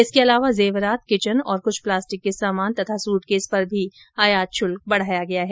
इसके अलावा जेवरात किचन और कुछ प्लास्टिक के सामान और सूटकेस पर भी आयात शुल्क बढ़ाया गया है